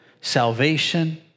salvation